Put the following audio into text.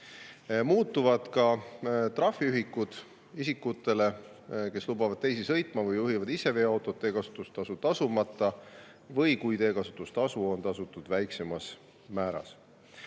Muutuvad ka trahviühikud isikutele, kes lubavad teisi sõitma või juhivad ise veoautot teekasutustasu tasumata või kui teekasutustasu on tasutud väiksemas määras.